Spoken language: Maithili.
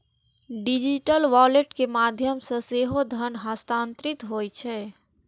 डिजिटल वॉलेट के माध्यम सं सेहो धन हस्तांतरित होइ छै